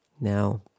Now